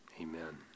amen